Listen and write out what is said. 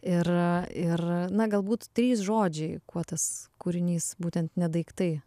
ir ir na galbūt trys žodžiai kuo tas kūrinys būtent ne daiktai